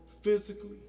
physically